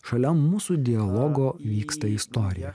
šalia mūsų dialogo vyksta istorija